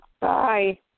Bye